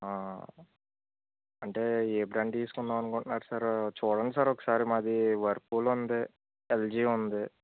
అంటే ఏ బ్రాండ్ తీసుకుందాం అనుకుంటున్నారు సార్ చూడండి ఒకసారి మాది వర్ల్పూల్ ఉంది ఎల్జీ ఉంది